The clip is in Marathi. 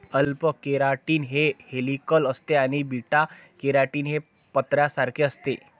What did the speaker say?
अल्फा केराटीन हे हेलिकल असते आणि बीटा केराटीन हे पत्र्यासारखे असते